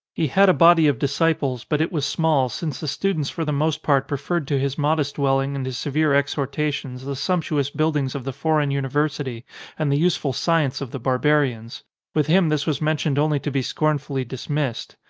he had a body of dis ciples, but it was small, since the students for the most part preferred to his modest dwelling and his severe exhortations the sumptuous buildings of the foreign university and the useful science of the barbarians with him this was mentioned only to be scornfully dismissed.